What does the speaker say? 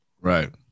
Right